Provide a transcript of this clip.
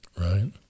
Right